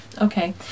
okay